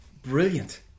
Brilliant